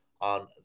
on